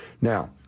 Now